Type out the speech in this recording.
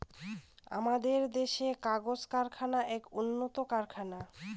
আমাদের দেশের কাগজ কারখানা এক উন্নতম কারখানা